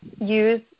use